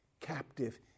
captive